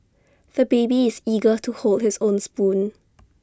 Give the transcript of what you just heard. the baby is eager to hold his own spoon